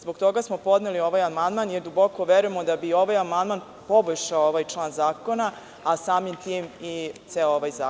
Zbog toga smo podneli ovaj amandman jer duboko verujemo da bi ovaj amandman poboljšao ovaj član zakona, a samim tim i ceo ovaj zakon.